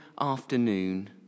afternoon